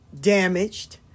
damaged